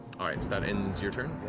all right, so that ends your turn?